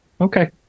Okay